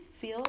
feel